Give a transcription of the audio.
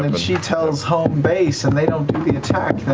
and she tells home base and they don't do the attack,